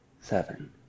seven